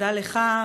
התודה לך,